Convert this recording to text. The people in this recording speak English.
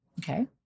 Okay